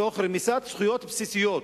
תוך רמיסת זכויות בסיסיות,